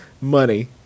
Money